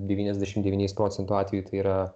devyniasdešimt devyniais procentų atvejų tai yra